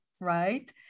right